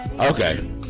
Okay